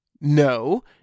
No